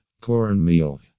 cornmeal